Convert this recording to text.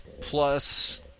Plus